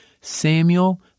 Samuel